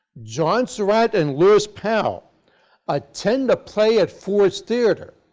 john surratt and lewis powell attend a play at ford's theater,